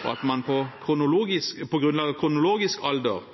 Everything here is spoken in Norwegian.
og at man på grunnlag av kronologisk alder